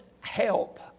help